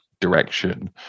direction